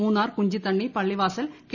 Munnar Kunchithanni Pallivasal K